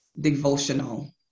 devotional